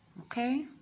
Okay